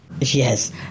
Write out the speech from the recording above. Yes